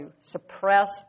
suppressed